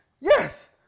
Yes